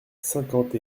cinquante